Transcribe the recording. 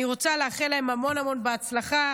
ואני רוצה לאחל להם המון המון בהצלחה.